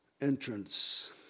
entrance